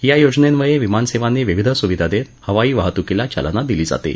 या योजनेन्वये विमानसेवांनी विविध सुविधा देत हवाई वाहतूकीला चालना दिली जाते